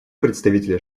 представителя